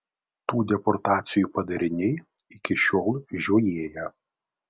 tų deportacijų padariniai iki šiol žiojėja